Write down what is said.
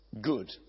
good